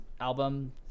album